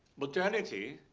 modernity,